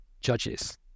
judges